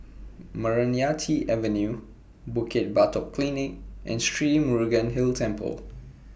Meranti Avenue Bukit Batok Polyclinic and Sri Murugan Hill Temple